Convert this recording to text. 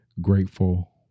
grateful